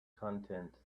content